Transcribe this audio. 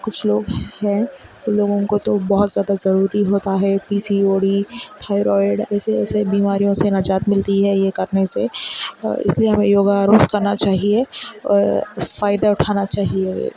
کچھ لوگ ہیں لوگوں کو تو بہت زیادہ ضروری ہوتا ہے P C O D thyroid ایسے ایسے بیماریوں سے نجات ملتی ہے یہ کرنے سے اس لیے ہمیں یوگا ہر روز کرنا چاہیے فائدہ اٹھانا چاہیے